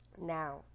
now